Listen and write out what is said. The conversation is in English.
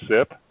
sip